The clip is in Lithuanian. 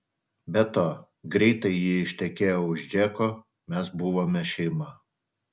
be to greitai ji ištekėjo už džeko mes buvome šeima